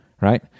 right